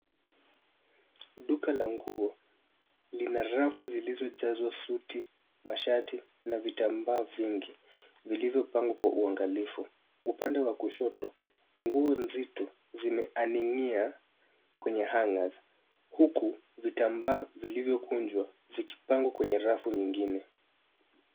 Duka la nguo lina rafu zilizojazwa suti, mashati, na vitambaa vingi vilivyopangwa kwa uangalifu. Upande wa kushoto, nguo nzito zimeaning'ia kwenye (cs)hungers(cs), huku vitambaa vilivyokunjwa vikipangwa kwenye rafu nyingine.